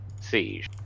Siege